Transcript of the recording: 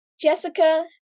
Jessica